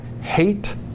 hate